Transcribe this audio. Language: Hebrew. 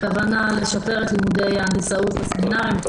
הכוונה לשפר את לימודי ההנדסאות בסמינרים.